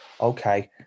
okay